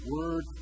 Word